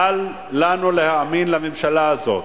אל לנו להאמין לממשלה הזאת.